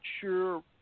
sure